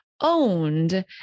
owned